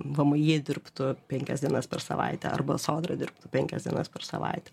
vmi dirbtų penkias dienas per savaitę arba sodra dirbtų penkias dienas per savaitę